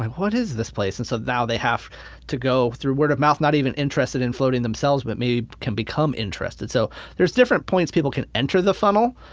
um what is this place? and so now they have to go through word of mouth, not even interested in floating themselves, but maybe can become interested. so there's different points people can enter the funnel,